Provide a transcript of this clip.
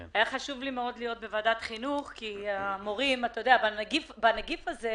היה לי חשוב להיות גם בוועדת חינוך כי במגפה הזאת